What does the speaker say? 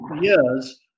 years